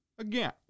Again